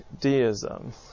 Deism